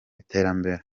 iterambere